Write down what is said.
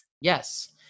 Yes